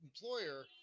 employer